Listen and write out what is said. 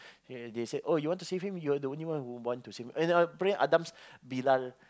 they said oh you want to save him you're the only one who wants to save him and apparently Adam's bilal